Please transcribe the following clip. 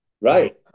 right